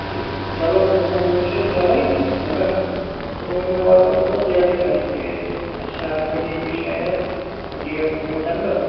ٹھیٖک چَلو کُنوُہ وُہ چھِ أسۍ یَلے مَگر کُنوُہمہِ واتوو أسۍ تھوڑا لیٚٹٕے پَہم تِکیٛازِ اَسہِ چھُ آل ریڈی أکِس شایہِ حظ ڈیٚٹ گوٚمُت اَمہِ دۄہ